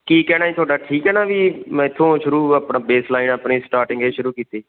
ਕੀ ਕਹਿਣਾ ਜੀ ਤੁਹਾਡਾ ਠੀਕ ਹੈ ਨਾ ਵੀ ਮੈਂ ਇੱਥੋਂ ਸ਼ੁਰੂ ਆਪਣਾ ਬੇਸਲਾਈਨ ਆਪਣੇ ਸਟਾਰਟਿੰਗ ਇਹ ਸ਼ੁਰੂ ਕੀਤੀ